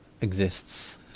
exists